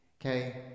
Okay